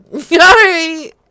Sorry